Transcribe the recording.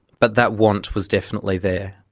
but that want was definitely there.